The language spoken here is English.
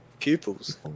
Pupils